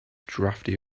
drafty